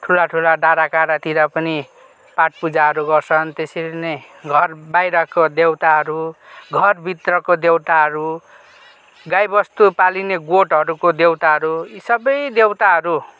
ठुला ठुला डाँडा काँडातिर पनि पाठ पुजाहरू गर्छन् त्यसरी नै घर बहिरको देउताहरू घर भित्रको देउताहरू गाई बस्तु पालिने गोठहरूको देउताहरू यी सबै देउताहरू